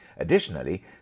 Additionally